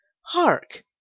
Hark